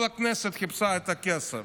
כל הכנסת חיפשה את הכסף,